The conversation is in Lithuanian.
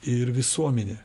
ir visuomenė